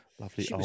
lovely